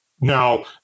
Now